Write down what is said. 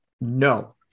No